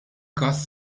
każ